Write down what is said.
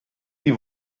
die